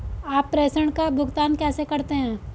आप प्रेषण का भुगतान कैसे करते हैं?